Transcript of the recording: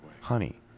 honey